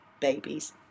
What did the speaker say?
babies